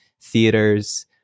theaters